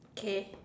okay